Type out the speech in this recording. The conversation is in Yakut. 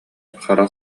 хара